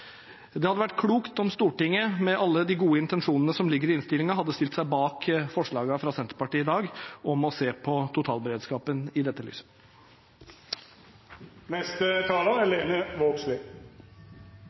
Det hadde vært klokt om Stortinget, med alle de gode intensjonene som ligger i innstillingen, hadde stilt seg bak forslagene fra Senterpartiet i dag om å se på totalberedskapen i dette